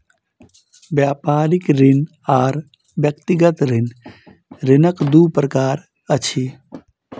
व्यापारिक ऋण आर व्यक्तिगत ऋण, ऋणक दू प्रकार अछि